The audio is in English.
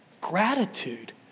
gratitude